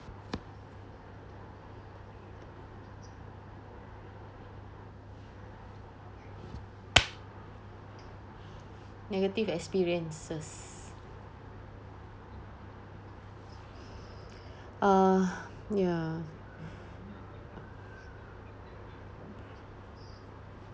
negative experiences uh ya